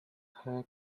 hair